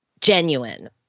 genuine